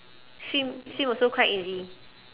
swim swim also quite easy